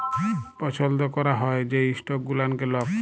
পছল্দ ক্যরা হ্যয় যে ইস্টক গুলানকে লক